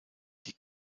die